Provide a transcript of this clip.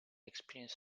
experience